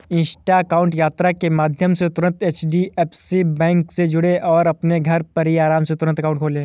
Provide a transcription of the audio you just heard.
Insta account यात्रा के माध्यम से तुरंत एच.डी.एफ.सी बैंक से जुड़ें और अपने घर पर ही आराम से तुरंत अकाउंट खोले